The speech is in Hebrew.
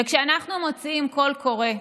וכשאנחנו מוציאים קול קורא,